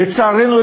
לצערנו,